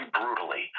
brutally